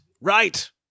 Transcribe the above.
right